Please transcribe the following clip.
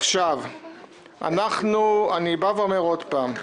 אני אומר שוב,